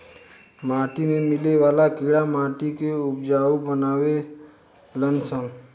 माटी में मिले वाला कीड़ा माटी के उपजाऊ बानावे लन सन